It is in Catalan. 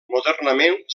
modernament